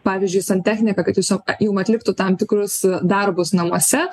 pavyzdžiui santechniką kad tiesiog jum atliktų tam tikrus e darbus namuose